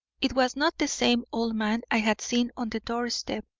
it was not the same old man i had seen on the doorstep,